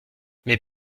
mais